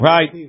Right